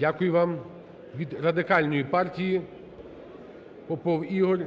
Дякую вам. Від Радикальної партії Попов Ігор